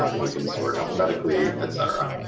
um we can sort alphabetically etc.